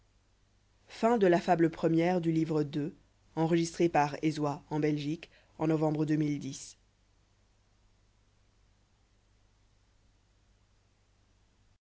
la fable n